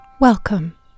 welcome